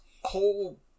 whole